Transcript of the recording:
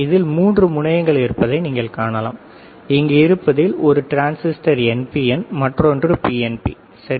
இதில் மூன்று முனையங்கள் இருப்பதை நீங்கள் காணலாம்இங்கு இருப்பதில் ஒரு டிரான்சிஸ்டர் NPN மற்றொன்று PNP சரி